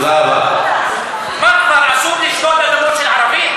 חבורה של גנבים.